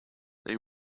they